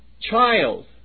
child